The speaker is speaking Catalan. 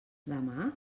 demà